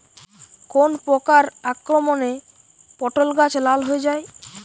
কোন প্রকার আক্রমণে পটল গাছ লাল হয়ে যায়?